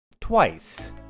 twice